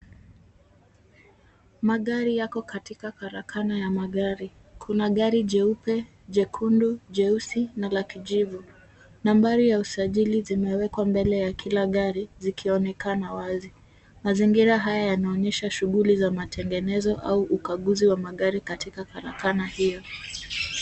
Magari yako katika karakana ya magari. Kuna gari jeupe, jekundu, jeusi na la kijivu. Nambari ya usajili zimewekwa mbele ya kila gari zikionekana wazi. Mazingira haya yanaonyesha shughuli za matengenezo au ukaguzi wa magari katika karakana hiyo.